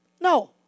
No